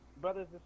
brothers